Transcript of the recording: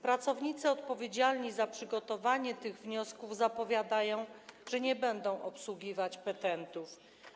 Pracownicy odpowiedzialni za przygotowanie tych wniosków zapowiadają, że nie będą obsługiwać petentów.